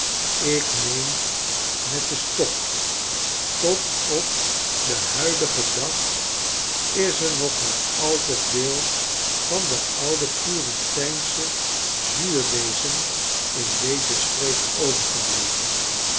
ik meen met den stok tot op den huidigen dag is er nog maar al te veel van den ouden puriteinschen zuurdeesem in deze streek overgebleven